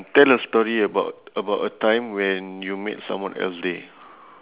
tell a story about about a time when you made someone else day